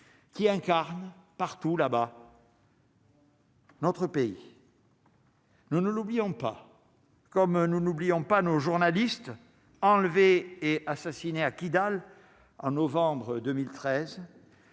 qui incarne partout là-bas. Nous ne l'oublions pas, comme nous n'oublions pas nos journalistes enlevés et assassinés à Kidal en novembre 2013,